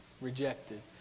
rejected